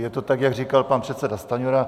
Je to tak, jak říkal pan předseda Stanjura.